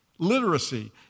Literacy